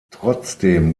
trotzdem